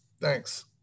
Thanks